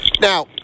Now